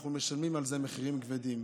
אנחנו משלמים על זה מחירים כבדים.